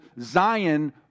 Zion